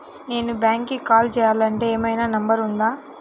నేను బ్యాంక్కి కాల్ చేయాలంటే ఏమయినా నంబర్ ఉందా?